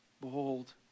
Behold